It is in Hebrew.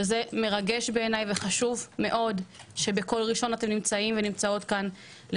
וזה מרגש וחשוב מאוד שאתם נמצאים כאן בקול ראשון